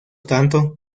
tanto